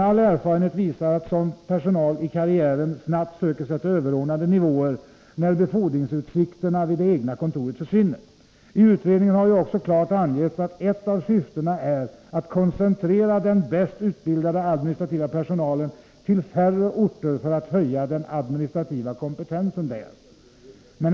All erfarenhet visar emellertid att sådan personal i karriären snabbt söker sig till överordnade nivåer, när befordringsutsikterna vid det egna kontoret försvinner. I utredningen har ju också klart angetts att ett av syftena är att koncentrera den bäst utbildade administrativa personalen till färre orter för att höja den administrativa kompetensen där.